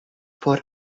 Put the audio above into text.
por